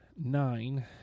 nine